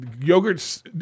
yogurt's